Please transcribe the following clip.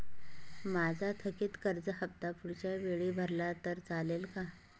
माझा थकीत कर्ज हफ्ता पुढच्या वेळी भरला तर चालेल का?